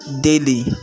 daily